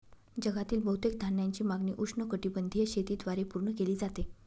जगातील बहुतेक धान्याची मागणी उष्णकटिबंधीय शेतीद्वारे पूर्ण केली जाते